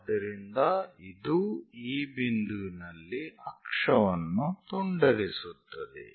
ಆದ್ದರಿಂದ ಇದು ಈ ಬಿಂದುವಿನಲ್ಲಿ ಅಕ್ಷವನ್ನು ತುಂಡರಿಸುತ್ತದೆ